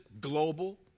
global